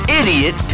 idiot